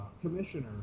commissioner